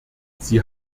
sie